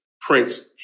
Prince